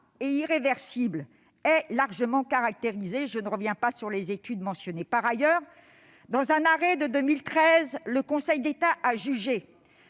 et irréversible est largement caractérisé ; je ne reviens pas sur les études mentionnées. Par ailleurs, dans un arrêt de 2013, le Conseil d'État a jugé